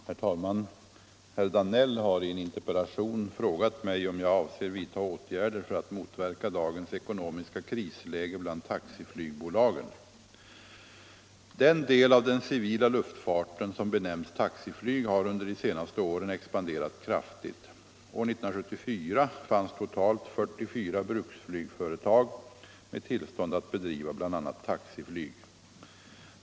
Herr talman! Herr Danell har i en interpellation frågat mig om jag avser vidta åtgärder för att motverka dagens ekonomiska krisläge bland taxiflygbolagen. Den del av den civila luftfarten som benämns taxiflyg har under de senaste åren expanderat kraftigt. År 1974 fanns totalt 44 bruksflygföretag med tillstånd att bedriva bl.a. taxiflyg.